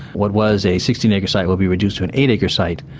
what was a sixteen acre site will be reduced to an eight acre site,